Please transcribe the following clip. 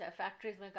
factories